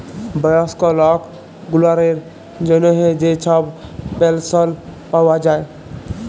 বয়স্ক লক গুলালের জ্যনহে যে ছব পেলশল পাউয়া যায়